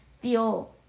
feel